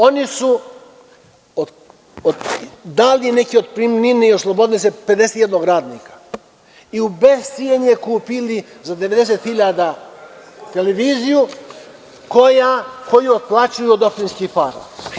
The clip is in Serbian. Oni su dali neke otpremnine i oslobodili se 51 radnika i u bescenje kupili za 90 hiljada televiziju koju otplaćuju od opštinskih para.